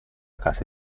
casa